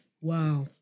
wow